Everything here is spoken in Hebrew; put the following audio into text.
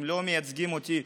שהם לא מייצגים אותי.